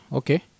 okay